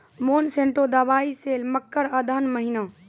Monsanto दवाई sale मकर अघन महीना,